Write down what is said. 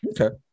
Okay